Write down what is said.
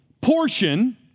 portion